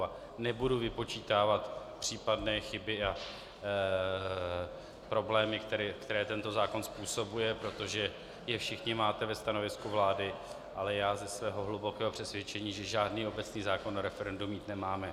A nebudu vypočítávat případné chyby a problémy, které tento zákon způsobuje, protože vy je všichni máte ve stanovisku vlády, ale já ze svého hlubokého přesvědčení myslím, že žádný obecný zákon o referendu mít nemáme.